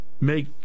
make